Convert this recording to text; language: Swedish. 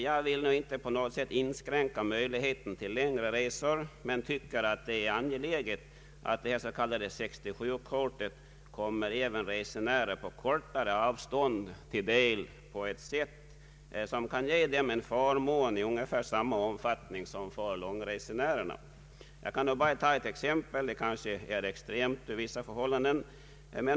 Jag vill inte på något sätt inskränka möjligheten att göra längre resor men tycker att det är angeläget att det s.k. 67-kortet skall ge dem som reser på kortare sträckor en förmån av ungefär samma omfattning som det ger långresenärerna. Jag kan nämna ett exempel som kanske är extremt för vissa förhållanden.